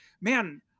man